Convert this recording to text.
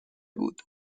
بود